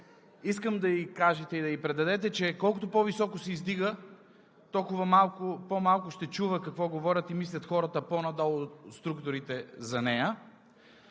искам да ѝ кажете, да ѝ предадете, че колкото по-високо се издига, толкова по-малко ще чува какво говорят и мислят хората по-надолу в структурите за нея.